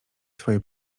swoje